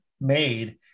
made